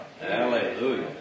Hallelujah